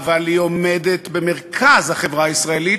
אבל היא עומדת במרכז החברה הישראלית